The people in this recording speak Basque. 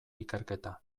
ikerketa